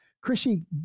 Chrissy